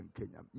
Kenya